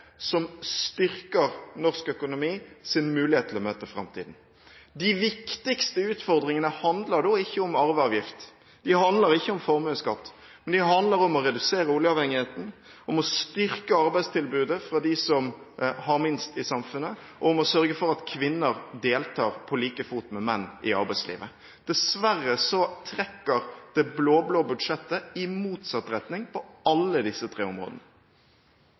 som styrker norsk økonomis mulighet til å møte framtiden. De viktigste utfordringene handler ikke da om arveavgift, de handler ikke om formuesskatt, men de handler om å redusere oljeavhengigheten, om å styrke arbeidstilbudet for dem som har minst i samfunnet, og om å sørge for at kvinner deltar på like fot med menn i arbeidslivet. Dessverre trekker det blå-blå budsjettet i motsatt retning på alle disse tre områdene.